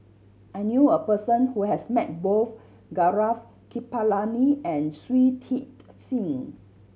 I knew a person who has met both Gaurav Kripalani and Shui Tit Sing